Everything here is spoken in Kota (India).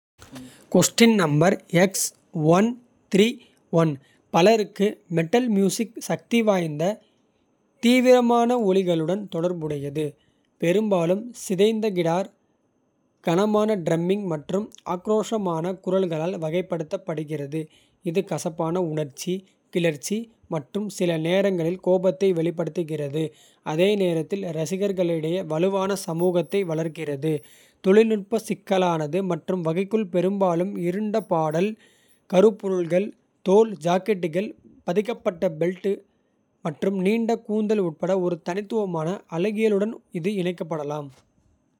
பலருக்கு metal music சக்திவாய்ந்த தீவிரமான. ஒலிகளுடன் தொடர்புடையது பெரும்பாலும் சிதைந்த. கிடார் கனமான டிரம்மிங் மற்றும் ஆக்ரோஷமான. குரல்களால் வகைப்படுத்தப்படுகிறது இது கசப்பான. உணர்ச்சி கிளர்ச்சி மற்றும் சில நேரங்களில் கோபத்தை. வெளிப்படுத்துகிறது அதே நேரத்தில் ரசிகர்களிடையே. வலுவான சமூகத்தை வளர்க்கிறது தொழில்நுட்ப சிக்கலானது. மற்றும் வகைக்குள் பெரும்பாலும் இருண்ட பாடல் கருப்பொருள்கள். தோல் ஜாக்கெட்டுகள் பதிக்கப்பட்ட பெல்ட்கள் மற்றும். நீண்ட கூந்தல் உட்பட ஒரு தனித்துவமான. அழகியலுடன் இது இணைக்கப்படலாம்.